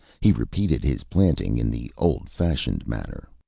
he repeated his planting, in the old-fashioned manner.